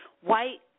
white